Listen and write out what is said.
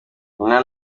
nyina